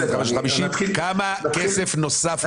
כמה כסף נוסף לרשויות האלה.